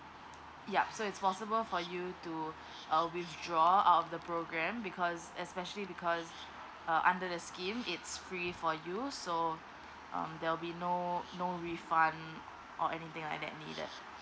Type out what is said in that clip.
yup so it's possible for you to uh withdraw out of the program because especially because uh under the scheme it's free for you so um there'll be no no refund or anything like that needed